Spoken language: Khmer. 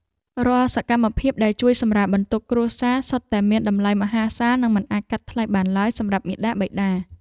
រាល់សកម្មភាពដែលជួយសម្រាលបន្ទុកគ្រួសារសុទ្ធតែមានតម្លៃមហាសាលនិងមិនអាចកាត់ថ្លៃបានឡើយសម្រាប់មាតាបិតា។